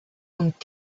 und